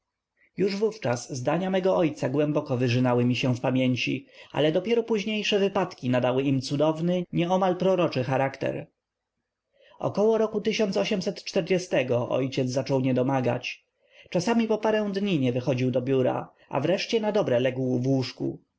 już wówczas zdania mego ojca głęboko wyrzynały mi się w pamięci ale dopiero późniejsze wypadki nadały im cudowny nieomal proroczy charakter około roku ojciec zaczął niedomagać czasami po parę dni nie wychodził do biura a wreszcie nadobre legł w łóżku